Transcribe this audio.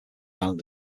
island